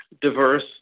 diverse